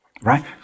right